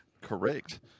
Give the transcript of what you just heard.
correct